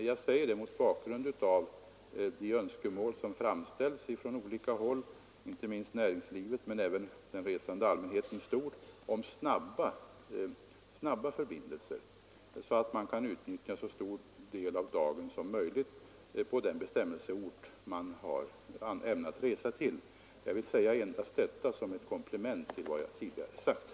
Jag säger detta mot bakgrunden av de önskemål som framförts från olika håll — inte minst från näringslivet men även från den resande allmänheten i stort — om snabba förbindelser, så att man kan utnyttja så stor del av dagen som möjligt på bestämmelseorten. Jag har, herr talman, velat tillägga detta som ett komplement till vad jag tidigare anfört.